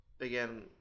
again